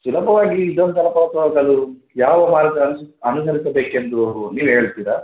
ಸುಲಭವಾಗಿ ಜೋಗ ಜಲಪಾತ ಹೋಗಲು ಯಾವ ಮಾರ್ಗ ಅನುಸರಿಸಬೇಕೆಂದು ನೀವೇ ಹೇಳ್ತೀರಾ